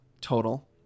total